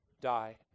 die